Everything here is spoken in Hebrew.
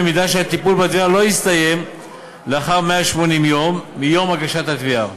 במידה שהטיפול בתביעה לא הסתיים לאחר 180 יום מיום הגשת התביעה.